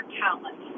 talent